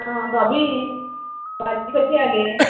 आ भाभी भाभी कशी आ गे